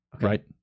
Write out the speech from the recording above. right